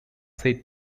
said